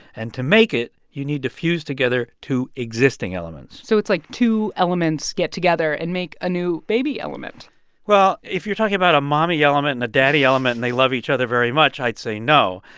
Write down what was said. and to make it, you need to fuse together two existing elements so it's like two elements get together and make a new baby element well, if you're talking about a mommy element and a daddy element and they love each other very much, i'd say no.